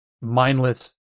mindless